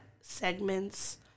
segments